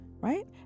right